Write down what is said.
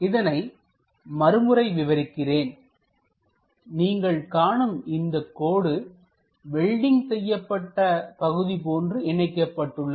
இதனை மறுமுறை விவரிக்கிறேன்நீங்கள் காணும் இந்தக் கோடு வெல்டிங் செய்யப்பட்ட பகுதி போன்று இணைக்கப்பட்டுள்ளது